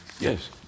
Yes